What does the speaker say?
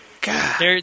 God